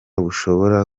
bushobora